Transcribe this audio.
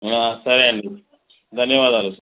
సరే అండి ధన్యవాదాలు